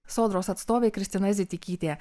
sodros atstovė kristina zitikytė